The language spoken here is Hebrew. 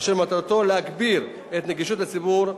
אשר מטרתו להגביר את נגישות המידע לציבור,